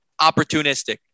Opportunistic